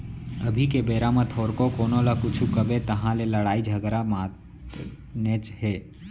अभी के बेरा म थोरको कोनो ल कुछु कबे तहाँ ले लड़ई झगरा मातनेच हे